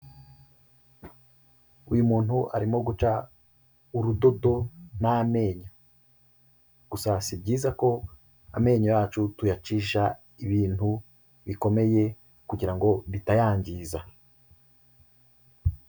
Uyu muntu arimo guca urudodo n'amenyo, gusa si byiza ko amenyo yacu tuyacisha ibintu bikomeye kugira ngo bitayangiza.